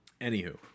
Anywho